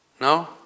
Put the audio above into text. No